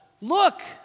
look